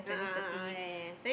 a'ah a'ah yeah yeah yeah